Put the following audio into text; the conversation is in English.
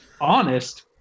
Honest